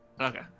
okay